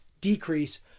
decrease